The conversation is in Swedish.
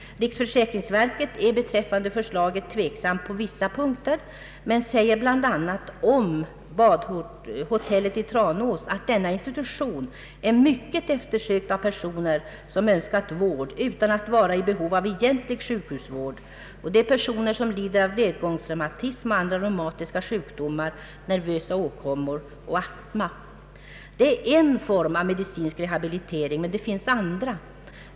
Riksförsäkringsverket är beträffande förslaget tveksamt på vissa punkter men säger bl.a. om badhotellet i Tranås att denna institution är mycket eftersökt av personer som önskat vård utan att vara i behov av egentlig sjukhusvård. Det är personer som lider av ledgångsreumatism, andra reumatiska sjukdomar, nervösa åkommor och astma. Det är en form av medicinsk rehabilitering, men det finns andra.